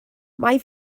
mae